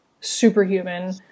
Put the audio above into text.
superhuman